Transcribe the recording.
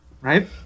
right